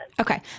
Okay